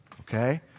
okay